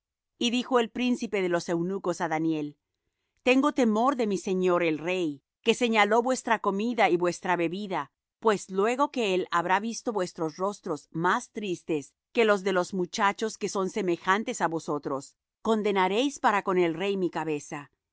y dijo el príncipe de los eunucos á daniel tengo temor de mi señor el rey que señaló vuestra comida y vuestra bebida pues luego que él habrá visto vuestros rostros más tristes que los de los muchachos que son semejantes á vosotros condenaréis para con el rey mi cabeza